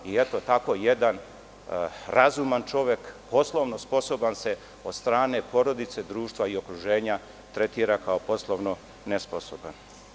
I eto tako jedan razuman čovek, poslovno sposoban, se od strane porodice, društva i okruženja tretira kao poslovno nesposoban.